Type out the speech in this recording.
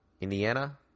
Indiana